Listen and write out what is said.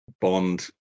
Bond